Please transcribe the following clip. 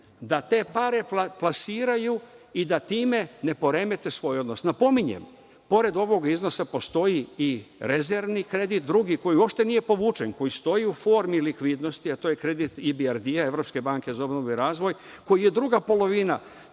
da te pare plasiraju i da time ne poremete svoj odnos. Napominjem, pored ovog iznosa postoji i rezervni kredit, drugi, koji uopšte nije povučen, koji stoji u formi likvidnosti, a to je kredit IBRD, Evropske banke za obnovu i razvoj, koji je druga polovina